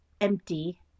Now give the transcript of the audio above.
empty